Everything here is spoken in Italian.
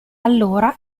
allora